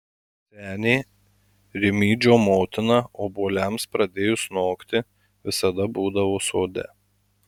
senė rimydžio motina obuoliams pradėjus nokti visada būdavo sode